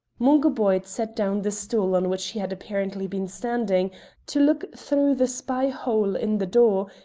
mungo boyd set down the stool on which he had apparently been standing to look through the spy-hole in the door,